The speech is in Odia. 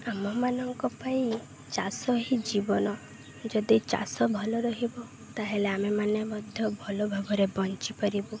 ଆମମାନଙ୍କ ପାଇଁ ଚାଷ ହିଁ ଜୀବନ ଯଦି ଚାଷ ଭଲ ରହିବ ତା'ହେଲେ ଆମେମାନେ ମଧ୍ୟ ଭଲ ଭାବରେ ବଞ୍ଚିପାରିବୁ